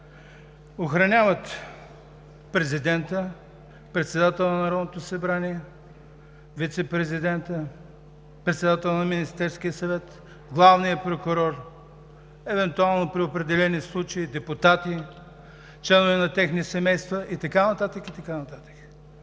охранява президента, председателя на Народното събрание, вицепрезидента, председателя на Министерския съвет, главния прокурор, евентуално при определени случаи депутати, членове на техните семейства и така нататък, и така нататък.